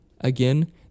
again